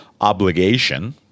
obligation